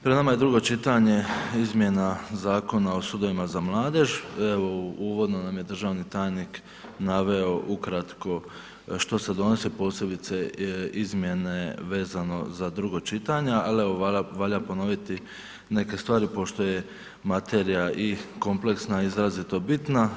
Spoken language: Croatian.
Pred nama je drugo čitanje Izmjena zakona o sudovima za mladež, evo u uvodnom nam je državni tajnik naveo ukratko što se donosi, posebice izmjene vezano za drugo čitanje ali evo valja ponoviti neke stvari pošto je materija i kompleksna i izrazito bitna.